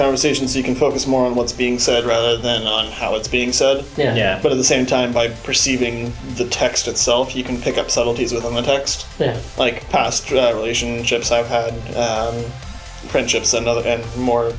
conversation so you can focus more on what's being said rather than on how it's being said yeah but at the same time by perceiving the text itself you can pick up subtleties of them in text like past relationships i've had print chips and other and more